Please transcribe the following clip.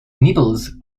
nipples